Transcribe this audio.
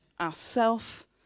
ourself